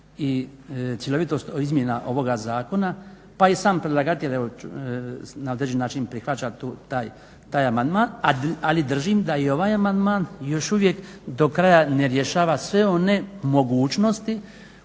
i cjelovitost izmjena ovoga zakona, pa i sam predlagatelj na određeni način prihvaća taj amandman. Ali držim da je i ovaj amandman još uvijek do kraja ne rješava sve one mogućnosti